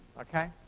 ok?